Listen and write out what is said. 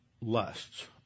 lusts